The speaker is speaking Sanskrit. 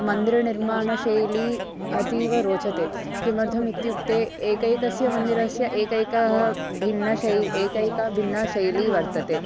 मन्दिरनिर्माणशैली अतीव रोचते किमर्थम् इत्युक्ते एकैकस्य मन्दिरस्य एकैकः भिन्ना शैली एकैका भिन्ना शैली वर्तते